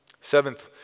Seventh